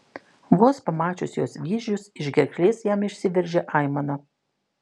vos pamačius jos vyzdžius iš gerklės jam išsiveržė aimana